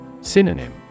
Synonym